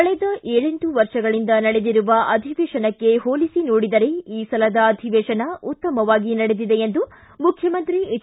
ಕಳೆದ ಏಳೆಂಟು ವರ್ಷಗಳಿಂದ ನಡೆದಿರುವ ಅಧಿವೇಶನಕ್ಕೆ ಹೋಲಿಸಿ ನೋಡಿದರೆ ಈ ಸಲದ ಅಧಿವೇಶನ ಉತ್ತಮವಾಗಿ ನಡೆದಿದೆ ಎಂದು ಮುಖ್ಣಮಂತ್ರಿ ಎಚ್